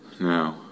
No